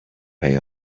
pay